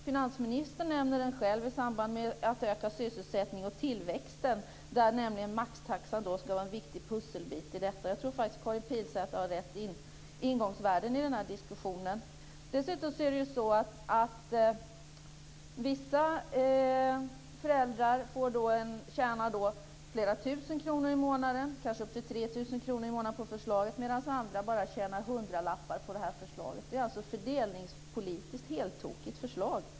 Finansministern själv nämnde den i samband med sysselsättningen och tillväxten, där maxtaxan ska vara en viktig pusselbit. Jag tror faktiskt att Karin Pilsäter har rätt ingångsvärden i den här diskussionen. Dessutom är det så att vissa föräldrar tjänar flera tusen kronor i månaden på förslaget, kanske upp till 3 000 kr, medan andra bara tjänar hundralappar. Det är ett heltokigt förslag fördelningspolitiskt.